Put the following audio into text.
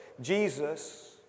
Jesus